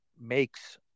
makes